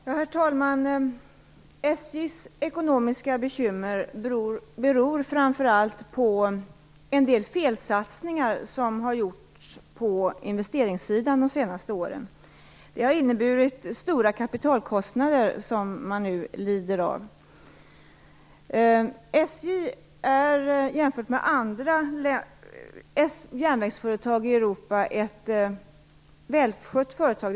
Herr talman! SJ:s ekonomiska bekymmer beror framför allt på en del felsatsningar som har gjorts på investeringssidan de senaste åren. Det har inneburit stora kapitalkostnader som man nu lider av. SJ är jämfört med andra järnvägsföretag i Europa ett välskött företag.